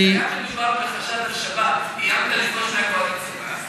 כשהיה מדובר בחשש לשבת איימת לפרוש מהקואליציה.